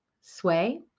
sway